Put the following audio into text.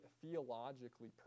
theologically